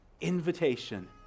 invitation